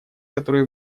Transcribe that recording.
которые